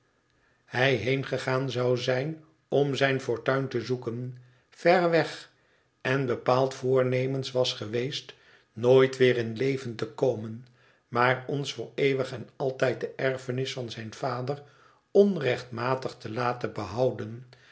hij heengegaan zou zijn om zijn fortuin te zoeken ver weg en bepaald voornemens was geweest nooit weer in leven te komen maar ons voor eeuwig en altijd de erfenis van zijn vader onrechtmatig te laten behouden